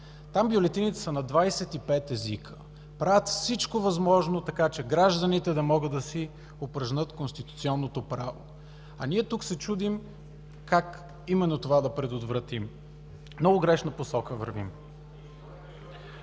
Там бюлетините са на 25 езика. Правят всичко възможно, така че гражданите да могат да си упражнят конституционното право, а ние тук се чудим как да предотвратим именно това. В много грешна посока вървим.